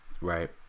Right